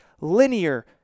linear